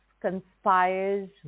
conspires